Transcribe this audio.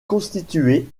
constituée